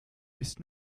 ist